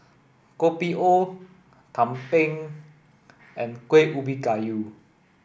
Kopi O Tumpeng and Kueh Ubi Kayu